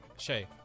Shay